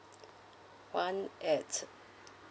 one at